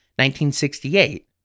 1968